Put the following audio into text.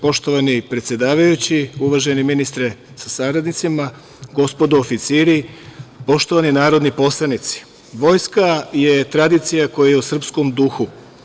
Poštovani predsedavajući, uvaženi ministre sa saradnicima, gospodo oficiri, poštovani narodni poslanici, vojska je tradicija koja je u srpskom duhu.